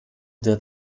der